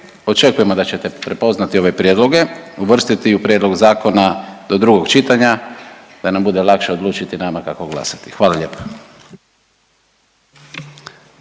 Očekujemo da ćete prepoznati ove prijedloge, uvrstiti u prijedlog zakona do drugog čitanja da nam bude lakše odlučiti nama kako glasati. Hvala lijepa.